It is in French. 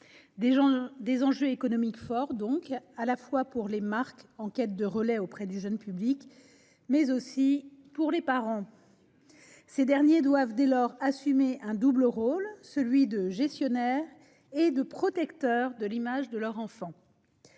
d'enjeux économiques forts, à la fois pour les marques, en quête de relais auprès d'un jeune public, et pour les parents. Dès lors, ces derniers doivent assumer un double rôle : celui de gestionnaire et celui de protecteur de l'image de leur enfant.